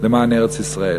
למען ארץ-ישראל.